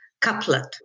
couplet